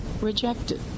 rejected